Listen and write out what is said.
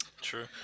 True